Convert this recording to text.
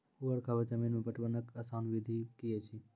ऊवर खाबड़ जमीन मे पटवनक आसान विधि की ऐछि?